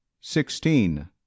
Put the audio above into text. Sixteen